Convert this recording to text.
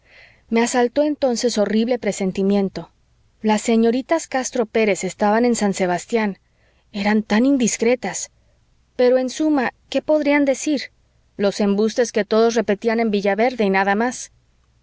me asaltó entonces horrible presentimiento las señoritas castro pérez estaban en san sebastián eran tan indiscretas pero en suma qué podrían decir los embustes que todos repetían en villaverde y nada más